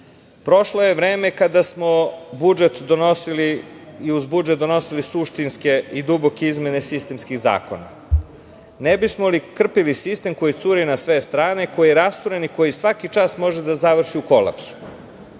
smo budžet donosili i uz budžet donosili suštinske i duboke izmene sistemskih zakona, ne bismo li krpili sistem koji curi na sve strane, koji je rasturen i koji svaki čas može da završi u kolapsu. Ako